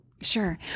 sure